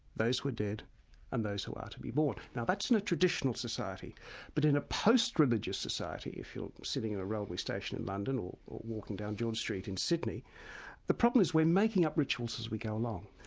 those who are dead and those who are to be born. now that's in a traditional society but in a post-religious society if you're sitting in a railway station in london or walking down george street in sydney the problem is we're making up rituals as we go along.